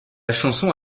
chanson